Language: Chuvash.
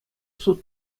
суд